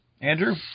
Andrew